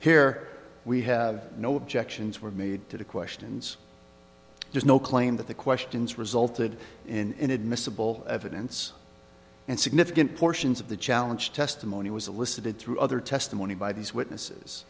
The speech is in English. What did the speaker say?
here we have no objections were made to the questions there's no claim that the questions resulted in admissible evidence and significant portions of the challenge testimony was elicited through other testimony by these witnesses